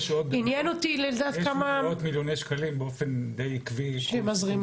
יש עוד מאות מיליוני שקלים באופן עקבי שהם גידולים